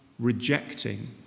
rejecting